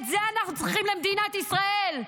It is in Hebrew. את זה אנחנו צריכים למדינת ישראל.